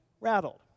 rattled